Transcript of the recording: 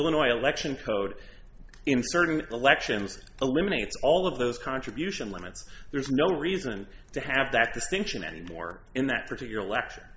illinois election code in certain elections eliminates all of those contribution limits there's no reason to have that distinction anymore in that particular elect